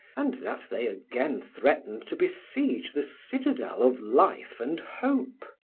and that they again threatened to besiege the citadel of life and hope.